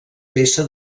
peça